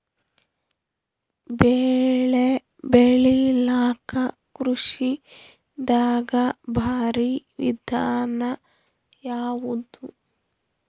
ಬೆಳೆ ಬೆಳಿಲಾಕ ಕೃಷಿ ದಾಗ ಭಾರಿ ವಿಧಾನ ಯಾವುದು?